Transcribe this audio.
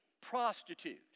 prostitute